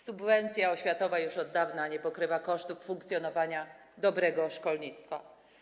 Subwencja oświatowa już od dawna nie pokrywa kosztów funkcjonowania dobrego szkolnictwa.